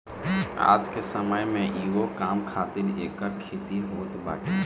आज के समय में कईगो काम खातिर एकर खेती होत बाटे